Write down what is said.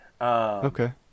Okay